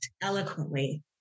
eloquently